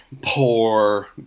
poor